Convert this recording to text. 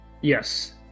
Yes